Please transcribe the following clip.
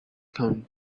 come